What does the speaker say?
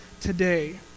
today